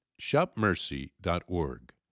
shopmercy.org